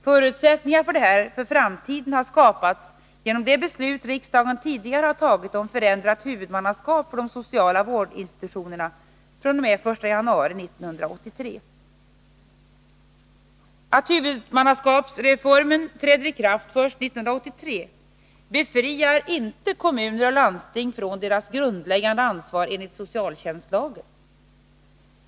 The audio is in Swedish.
Förutsättningar för detta för framtiden har skapats genom det beslut som riksdagen tidigare tagit om förändrat huvudmannaskap för de sociala vårdinstitutionerna fr.o.m. den 1 januari 1983. Att huvudmannaskapsreformen träder i kraft först 1983 befriar inte kommuner och landsting från deras grundläggande ansvar enligt socialtjänstlagen.